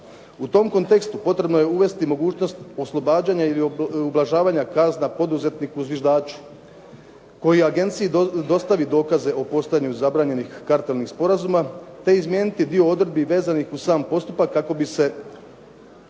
U tom kontekstu potrebno je uvesti mogućnost oslobađanja ili ublažavanja kazna poduzetniku zviždaču koji agenciji dostavi dokaze o postojanju zabranjenih kartelnih sporazuma te izmijeniti dio odredbi vezanih uz sam postupak kako bi se